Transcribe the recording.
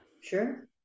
Sure